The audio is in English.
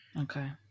Okay